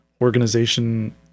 organization